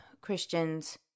Christians